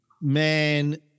man